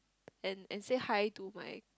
and and say hi to my